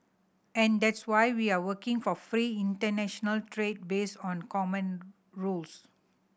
and that's why we are working for free international trade based on common rules